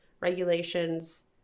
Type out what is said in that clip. regulations